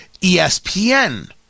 ESPN